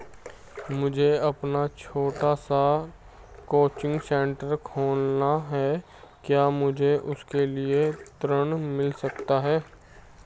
मुझे अपना छोटा सा कोचिंग सेंटर खोलना है क्या मुझे उसके लिए ऋण मिल सकता है?